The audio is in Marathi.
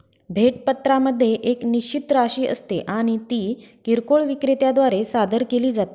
भेट पत्रामध्ये एक निश्चित राशी असते आणि ती किरकोळ विक्रेत्या द्वारे सादर केली जाते